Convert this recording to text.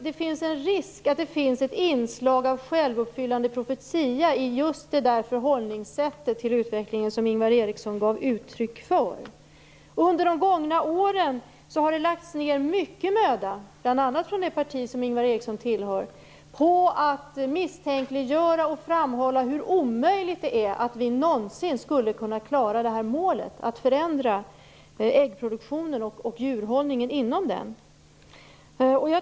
Det finns ett risk för inslag av självuppfyllande profetia i just det förhållningssätt till utvecklingen som Ingvar Eriksson gav uttryck för. Under de gångna åren har det lagts ned mycket möda, bl.a. från det parti som Ingvar Eriksson tillhör, på att misstänkliggöra och framhålla hur omöjligt det är att vi någonsin skulle kunna klara av målet att förändra äggproduktionen och djurhållningen inom den.